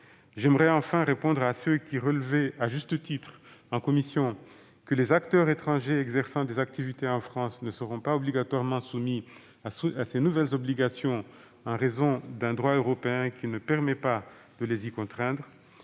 J'aimerais enfin répondre à ceux qui relevaient à juste titre en commission que les acteurs étrangers exerçant des activités en France ne seraient pas obligatoirement soumis à ces nouvelles obligations, en raison d'un droit européen qui ne permet pas de les y contraindre.